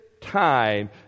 time